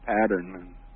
pattern